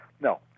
no